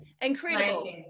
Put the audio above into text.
Incredible